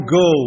go